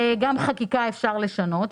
גם חקיקה אפשר לשנות.